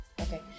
okay